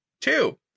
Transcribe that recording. Two